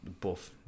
buff